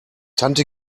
tante